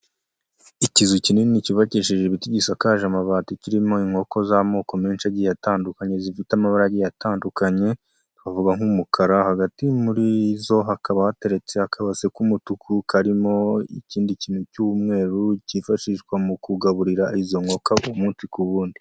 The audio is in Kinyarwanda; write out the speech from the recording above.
Ikizu kinini cyubakisheje ibiti gisakaje amabati kirimo inkoko z'amoko menshi agiye atandukanye zifite amabarage atandukanye, wavuga nk'umukara hagati muri zo hakaba hateretse akabase k'umutuku karimo ikindi kintu cy'umweru kifashishwa mu kugaburira izo nkoko munsi ku wundi.